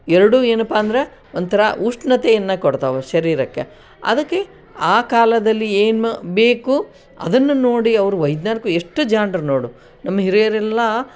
ಎರಡೂ ಏನಪ್ಪಾ ಅಂದರೆ ಒಂಥರ ಉಷ್ಣತೆಯನ್ನ ಕೊಡ್ತಾವೆ ಶರೀರಕ್ಕೆ ಅದಕ್ಕೆ ಆ ಕಾಲದಲ್ಲಿ ಏನು ಬೇಕು ಅದನ್ನು ನೋಡಿ ಅವರು ವೈಜ್ಞಾನಿಕ ಎಷ್ಟು ಜಾಣರು ನೋಡು ನಮ್ಮ ಹಿರಿಯರೆಲ್ಲಾ